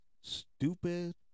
stupid